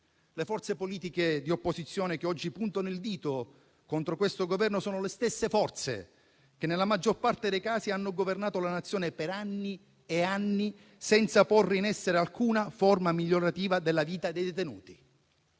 Le forze politiche di opposizione che oggi puntano il dito contro questo Governo sono le stesse forze che, nella maggior parte dei casi, hanno governato la Nazione per anni e anni, senza porre in essere alcuna forma migliorativa della vita dei detenuti.